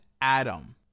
Adam